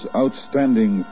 outstanding